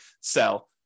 sell